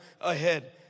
ahead